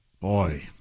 Boy